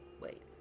Wait